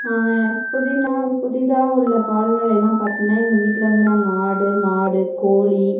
புதினா புதிதாக உள்ள கால்நடையெலாம் பார்த்திங்கன்னா எங்கள் வீட்டில வந்து நாங்கள் ஆடு மாடு கோழி